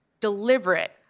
deliberate